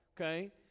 okay